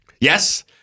Yes